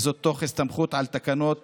תוך הסתמכות על תקנות